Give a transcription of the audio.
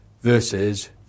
Versus